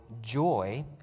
joy